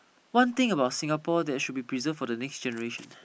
one thing about Singapore that should be preserve for the next generation